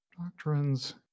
doctrines